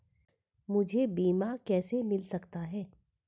मुझे बीमा कैसे मिल सकता है?